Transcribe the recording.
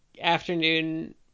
afternoon